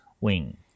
wing